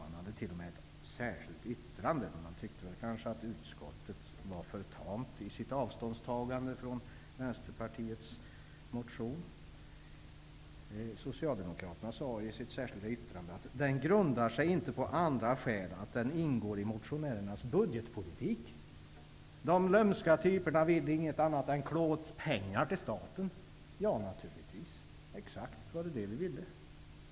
Man hade t.o.m. ett särskilt yttrande, och tyckte kanske att utskottet var för tamt i sitt avståndstagande till Vänsterpartiets motion. I socialdemokraternas särskilda yttrande sades: Den grundar sig inte på andra skäl än att den ingår i motionärernas budgetpolitik. De lömska typerna vill inget annat än att klå åt sig pengar till staten. Ja, naturligtvis var det exakt det vi ville.